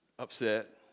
Upset